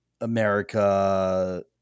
america